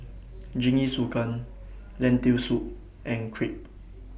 Jingisukan Lentil Soup and Crepe